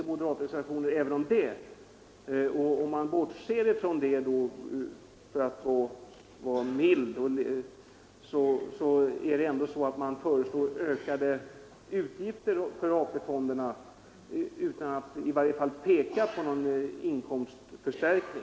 Om man vill vara mild och bortse från det, kan man ändå peka på att moderaterna föreslår ökade utgifter för AP-fonderna utan att anvisa någon inkomstförstärkning.